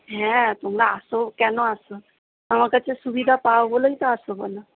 হ্যাঁ তোমরা আসো কেন আসো আমার কাছে সুবিধা পাও বলেই তো আসো বলো